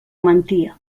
mentia